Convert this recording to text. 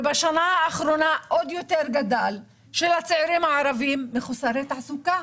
ובשנה האחרונה האחוז עוד יותר גדל, מחוסרי תעסוקה.